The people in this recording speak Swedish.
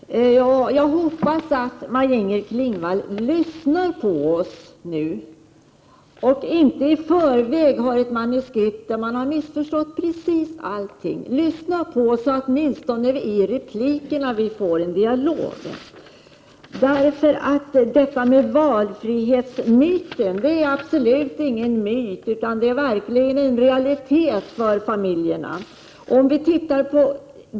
Herr talman! Jag hoppas att Maj-Inger Klingvall nu lyssnar på oss och inte har ett i förväg skrivet manuskript där precis allting har missförståtts. Lyssna på oss, så att vi åtminstone i replikerna kan få en dialog! Behovet av valfrihet är absolut inte någon myt, utan verkligen en realitet för familjerna.